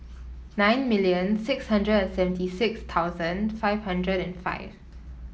nine million six hundred and seventy six thousand five hundred and five